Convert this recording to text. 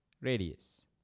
radius